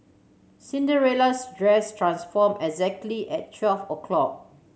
Cinderella's dress transform exactly at twelve o' clock